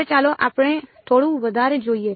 હવે ચાલો આપણે થોડું વધારે જોઈએ